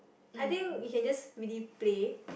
I think you can just really play